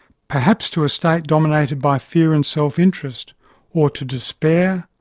perhaps to a state dominated by fear and self-interest, or to despair,